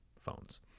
phones